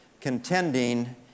contending